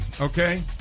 okay